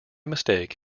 mistake